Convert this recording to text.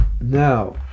now